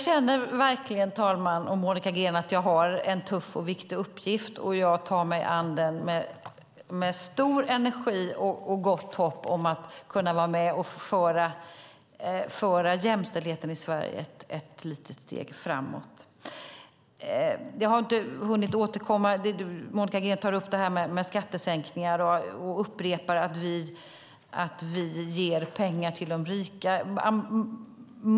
Fru talman! Jag känner verkligen att jag har en tuff och viktig uppgift, och jag tar mig an den med stor energi och gott hopp om att kunna vara med och föra jämställdheten i Sverige ett litet steg framåt. Monica Green tar upp skattesänkningarna och upprepar att vi ger pengar till de rika.